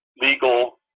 legal